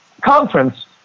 conference